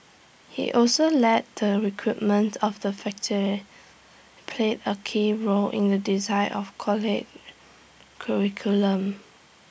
he also led the recruitment of the played A key role in the design of college's curriculum